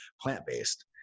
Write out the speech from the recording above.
plant-based